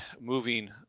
moving